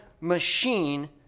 machine